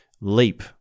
leap